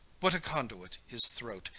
what a conduit his throat!